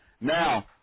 Now